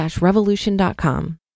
Revolution.com